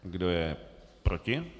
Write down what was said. Kdo je proti?